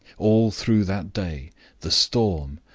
all through that day the storm,